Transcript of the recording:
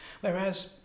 Whereas